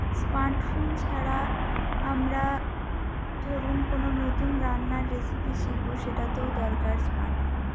smartphone ছাড়া আমরা ধরুন কোনো নতুন রান্নার রেসিপি শিখবো সেটাতেও দরকার স্মার্টফোন